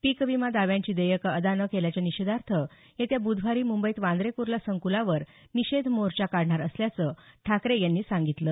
पीक विमा दाव्यांची देयकं अदा न केल्याच्या निषेधार्थ येत्या बुधवारी मुंबईत वांद्रे कुर्ला संकुलावर निषेध मोर्चा काढणार असल्याचं ठाकरे यांनी सांगितलं